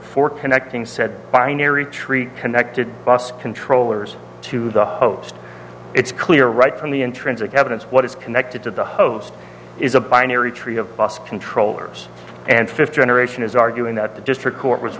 for connecting said binary tree connected bus controllers to the host it's clear right from the intrinsic evidence what is connected to the host is a binary tree of bus controllers and fifth generation is arguing that the district court was